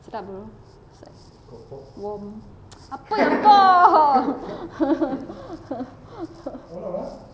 sedap bro it's like warm apa pork